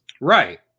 Right